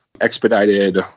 expedited